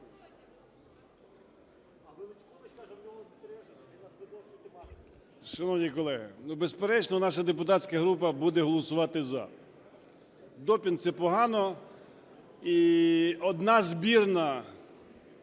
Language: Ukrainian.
Шановні колеги, безперечно, наша депутатська група буде голосувати "за". Допінг – це погано. І одна збірна,